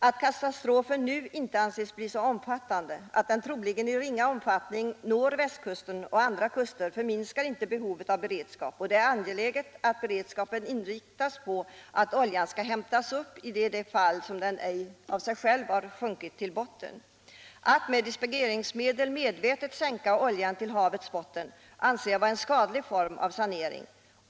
Att katastrofen nu inte anses bli så omfattande och att den troligen i ringa omfattning når Västkusten och andra kuster förminskar inte behovet av beredskap. Det är angeläget att den beredskapen inriktas på att oljan skall hämtas upp i de fall där den inte av sig själv sjunker till botten. Att med dispergeringsmedel medvetet sänka oljan till havets botten anser jag vara en skadlig form av sanering.